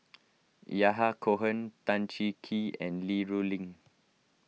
Yahya Cohen Tan Cheng Kee and Li Rulin